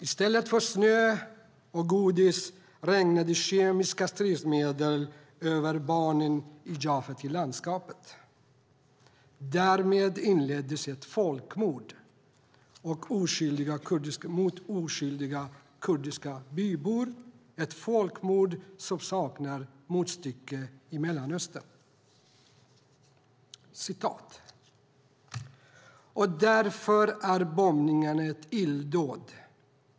I stället för snö och godis regnade kemiska stridsmedel över barnen i Jafätilandskapet. Därmed inleddes ett folkmord mot oskyldiga kurdiska bybor, ett folkmord som saknar motstycke i Mellanöstern. Så här löd Olof Palmes ord julen 1972: Och därför är bombningarna ett illdåd.